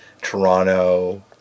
Toronto